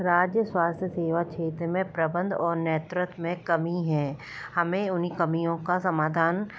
राज्य स्वास्थ सेवा क्षेत्र में प्रबंध ओर नेतृत्व में कमी है हमें उन कमियों का समाधान